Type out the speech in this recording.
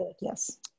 Yes